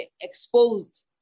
exposed